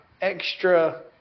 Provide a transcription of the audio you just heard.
extra